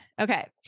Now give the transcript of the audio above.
Okay